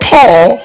Paul